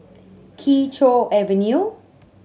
Kee Choe Avenue